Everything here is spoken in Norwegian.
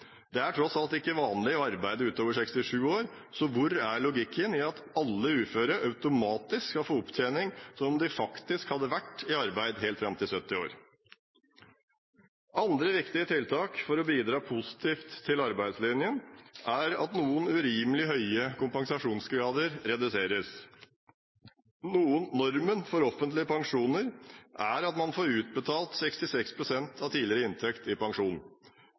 Det er tross alt ikke vanlig å arbeide utover 67 år, så hvor er logikken i at alle uføre automatisk skal få opptjening som om de faktisk hadde vært i arbeid helt fram til 70 år? Andre viktige tiltak for å bidra positivt til arbeidslinjen er at noen urimelig høye kompensasjonsgrader reduseres. Normen for offentlige pensjoner er at man får utbetalt 66 pst. av tidligere inntekt i pensjon.